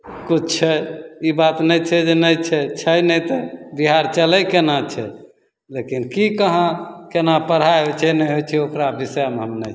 किछु छै ई बात नहि छै जे नहि छै छै नहि तऽ बिहार चलै कोना छै लेकिन कि कहाँ कोना पढ़ाइ होइ छै नहि होइ छै ओकरा विषयमे हम नहि